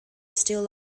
still